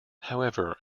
however